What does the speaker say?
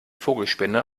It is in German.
vogelspinne